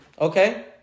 okay